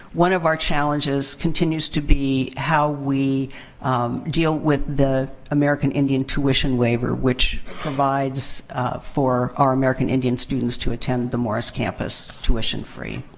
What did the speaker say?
one of our challenges continues to be how we deal with the american indian tuition waiver, which provides for our american indian students to attend the morris campus tuition free.